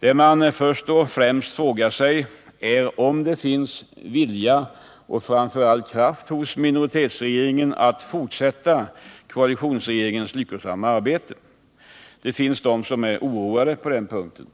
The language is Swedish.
Det man först och främst frågar sig är om det finns vilja och framför allt kraft hos minoritetsregeringen att fortsätta koalitionsregeringens lyckosamma arbete. Det finns de som är oroade på den punkten.